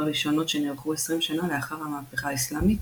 הראשונות שנערכו 20 שנה לאחר המהפכה האסלאמית,